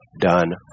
done